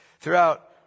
throughout